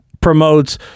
promotes –